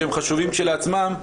שהם חשובים כשלעצמם,